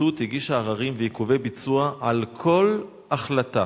והפרקליטות הגישה עררים ועיכובי ביצוע על כל החלטה.